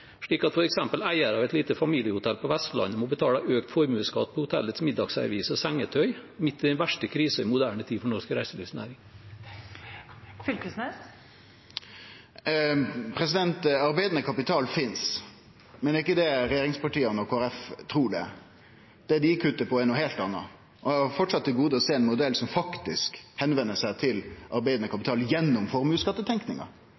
slik at f.eks. eiere av et lite familiehotell på Vestlandet må betale økt formuesskatt på hotellets middagsservise og sengetøy midt i den verste krisen i moderne tid for norsk reiselivsnæring? Arbeidande kapital finst, men det er ikkje det regjeringspartia og Kristeleg Folkeparti trur det er. Det dei kuttar i, er noko heilt anna. Eg har framleis til gode å sjå ein modell som faktisk rettar seg mot arbeidande kapital gjennom formuesskattetenkinga. Det er ingen teikn til